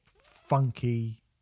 funky